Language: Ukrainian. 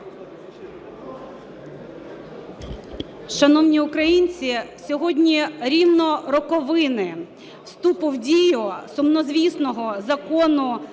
Шановні українці, сьогодні рівно роковини вступу в дію сумнозвісного закону